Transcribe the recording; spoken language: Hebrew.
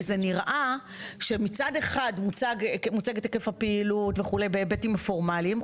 כי זה נראה שמצד אחד מוצג היקף הפעילות בהיבטים פורמליים,